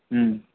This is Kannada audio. ಹ್ಞೂ